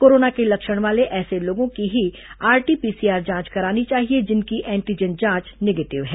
corona के लक्षण वाले ऐसे लोगों की ही आरटी पीसीआर जांच करानी चाहिए जिनकी एंटीजन जांच नेगेटिव है